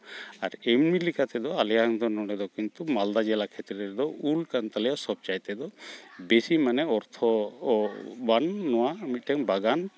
ᱟᱨ ᱮᱢᱱᱤ ᱞᱮᱠᱟᱛᱮ ᱫᱚ ᱟᱞᱮᱭᱟᱝ ᱫᱚ ᱱᱚᱰᱮ ᱫᱚ ᱠᱤᱱᱛᱩ ᱢᱟᱞᱫᱟ ᱡᱮᱞᱟ ᱠᱷᱮᱛᱨᱮ ᱨᱮᱫᱚ ᱩᱞ ᱠᱟᱱ ᱛᱟᱞᱮᱭᱟ ᱥᱚᱵᱪᱟᱭᱛᱮ ᱫᱚ ᱵᱤᱥᱤ ᱢᱟᱱᱮ ᱚᱨᱛᱷᱚ ᱵᱟᱝ ᱱᱚᱣᱟ ᱢᱤᱫᱴᱮᱝ ᱵᱟᱜᱟᱱ